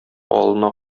алына